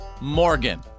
Morgan